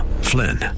Flynn